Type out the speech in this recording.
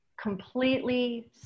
completely